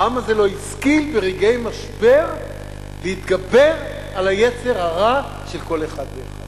העם הזה לא השכיל ברגעי משבר להתגבר על היצר הרע של כל אחד ואחד,